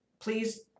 Please